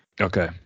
okay